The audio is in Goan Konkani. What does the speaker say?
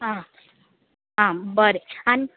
आं आं बरें आनी